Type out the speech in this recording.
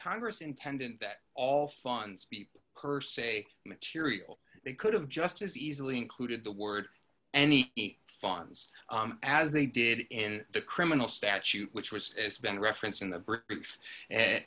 congress intended that all funds be per se material they could have just as easily included the word any funds as they did in the criminal statute which was as been referenced in the brits and